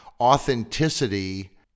authenticity